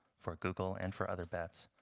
for google and for other bets,